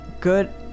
good